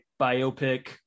biopic